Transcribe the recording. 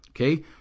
Okay